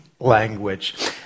language